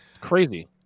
Crazy